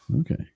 okay